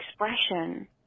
expression